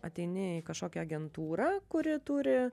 ateini į kažkokią agentūrą kuri turi